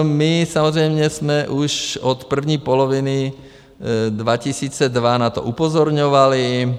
My samozřejmě jsme už od první poloviny 2002 na to upozorňovali.